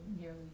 nearly